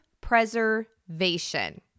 preservation